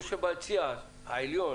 בכלל יושב ביציע העליון